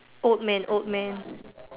old man old man